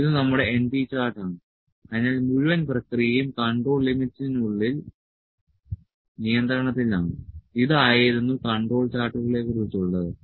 ഇത് നമ്മുടെ np chart ആണ് അതിനാൽ മുഴുവൻ പ്രക്രിയയും കൺട്രോൾ ലിമിറ്റ്സിനുള്ളിൽ നിയന്ത്രണത്തിലാണ് ഇത് ആയിരുന്നു കൺട്രോൾ ചാർട്ടുകളെക്കുറിച്ച് ഉള്ളത്